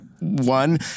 One